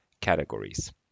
categories